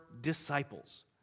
disciples